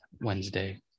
Wednesday